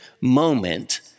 moment